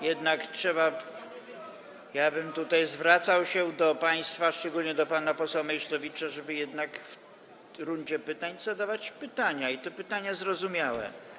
Jednak ja bym tutaj zwrócił się do państwa, szczególnie do pana posła Meysztowicza, żeby w rundzie pytań zadawać pytania, i to pytania zrozumiałe.